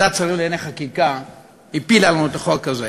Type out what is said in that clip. ועדת שרים לענייני חקיקה הפילה לנו את החוק הזה,